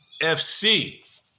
FC